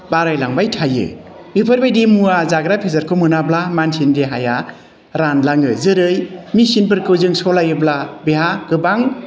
बारायलांबाय थायो बेफोरबायदि मुवा जाग्रा बेसादखौ मोनाब्ला मानसिनि देहाया रानलाङो जेरै मेसिनफोरखौ जों सालायोब्ला बेहा गोबां